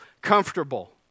comfortable